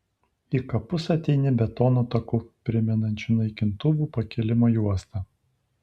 į kapus ateini betono taku primenančiu naikintuvų pakilimo juostą